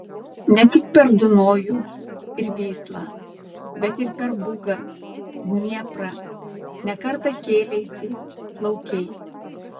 ne tik per dunojų ir vyslą bet ir per bugą dnieprą ne kartą kėleisi plaukei